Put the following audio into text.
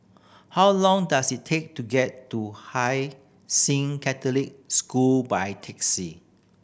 how long does it take to get to Hai Sing Catholic School by taxi